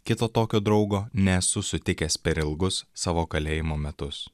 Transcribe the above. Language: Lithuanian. kito tokio draugo nesu sutikęs per ilgus savo kalėjimo metus